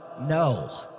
No